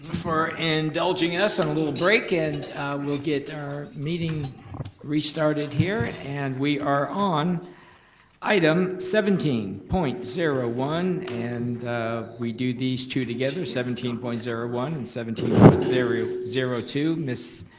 for indulging us on a little break and we'll get our meeting restarted here. and we are on item seventeen point zero one, and we do these two together. seventeen point zero one and seventeen point zero zero two, ms.